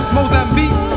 Mozambique